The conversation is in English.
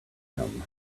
him